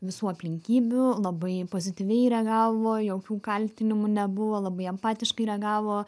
visų aplinkybių labai pozityviai reagavo jokių kaltinimų nebuvo labai empatiškai reagavo